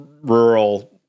rural